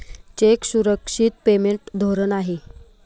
check सुरक्षित payment धोरण आहे